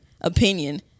opinion